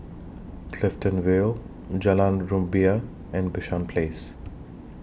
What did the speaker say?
Clifton Vale Jalan Rumbia and Bishan Place